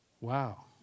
wow